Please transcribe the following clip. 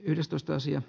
yhdestoista sija